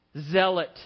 zealot